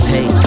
Hey